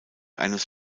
eines